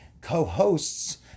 co-hosts